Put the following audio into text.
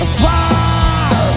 far